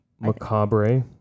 macabre